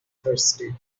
thirsty